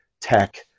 tech